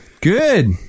Good